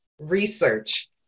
research